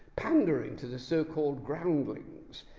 pandering to the so-called groundlings?